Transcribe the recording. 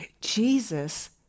Jesus